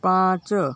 પાંચ